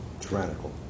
Tyrannical